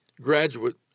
Graduate